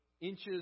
inches